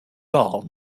gaul